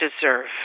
deserve